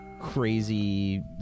crazy